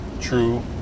True